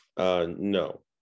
No